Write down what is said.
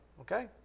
Okay